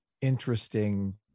interesting